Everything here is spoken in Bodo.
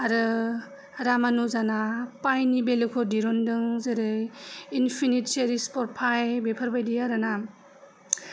आरो रामानुजाना पाइनि भेलुखौ दिहुनदों जेरै इनफिनिथ सिरिस फर पाइ बेफोरबादि आरो ना